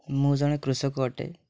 ମୁଁ ଜଣେ କୃଷକ ଅଟେ